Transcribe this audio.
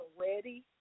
ready